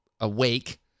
awake